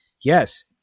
Yes